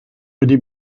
wedi